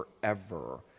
forever